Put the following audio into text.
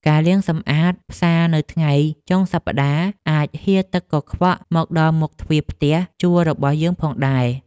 ការលាងសម្អាតផ្សារនៅថ្ងៃចុងសប្តាហ៍អាចហៀរទឹកកខ្វក់មកដល់មុខទ្វារផ្ទះជួលរបស់យើងផងដែរ។